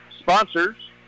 sponsors